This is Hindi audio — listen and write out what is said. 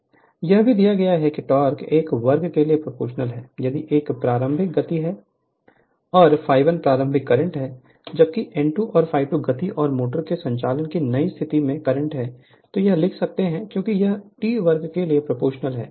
Refer Slide Time 1639 Refer Slide Time 1658 यह भी दिया गया है कि टोक़ 1 वर्ग के लिए प्रोपोर्शनल है यदि 1 प्रारंभिक गति है और ∅1 प्रारंभिक करंट है जबकि n2 और ∅2 गति और मोटर के संचालन की नई स्थिति में करंट है तो हम लिख सकते हैं क्योंकि यह T वर्ग के लिए प्रोपोर्शनल है